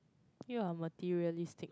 you're materialistic